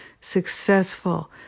successful